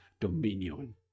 dominion